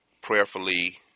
prayerfully